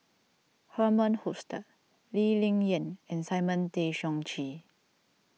Herman Hochstadt Lee Ling Yen and Simon Tay Seong Chee